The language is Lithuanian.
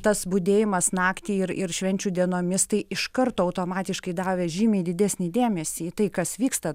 tas budėjimas naktį ir ir švenčių dienomis tai iš karto automatiškai davė žymiai didesnį dėmesį į tai kas vyksta